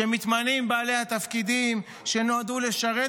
כשמתמנים בעלי התפקידים שנועדו לשרת